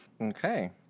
Okay